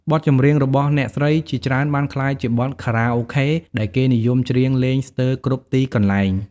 បទចម្រៀងរបស់អ្នកស្រីជាច្រើនបានក្លាយជាបទខារ៉ាអូខេដែលគេនិយមច្រៀងលេងស្ទើរគ្រប់ទីកន្លែង។